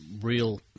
real